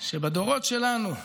שבדורות שלנו,